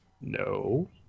No